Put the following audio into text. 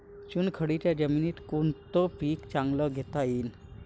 चुनखडीच्या जमीनीत कोनतं पीक चांगलं घेता येईन?